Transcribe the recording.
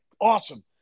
awesome